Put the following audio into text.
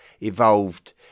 evolved